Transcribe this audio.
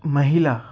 महिला